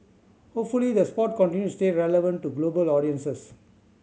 hopefully the sport continues to stay relevant to global audiences